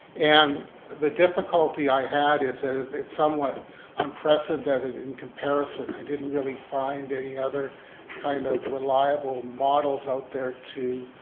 and the difficulty i had is and it's it's somewhat unprecedented in comparison. i didn't really find any other kind of reliable models out there to,